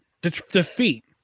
defeat